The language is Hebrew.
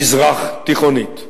מזרח-תיכונית.